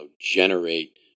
generate